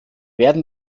werden